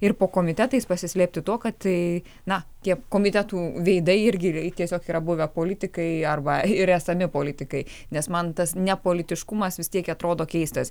ir po komitetais pasislėpti tuo kad tai na tie komitetų veidai irgi yra tiesiog yra buvę politikai arba ir esami politikai nes man tas nepolitiškumas vis tiek atrodo keistas